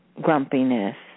grumpiness